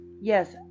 Yes